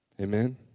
Amen